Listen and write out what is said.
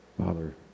Father